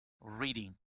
Reading